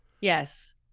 yes